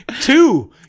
Two